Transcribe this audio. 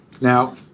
Now